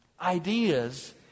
Ideas